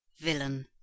Villain